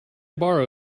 borrow